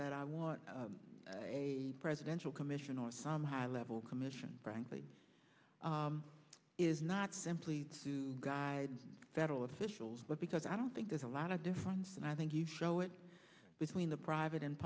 that i want a presidential commission or some high level commission frankly is not simply to guide federal officials but because i don't think there's a lot of difference and i think you show it between the private and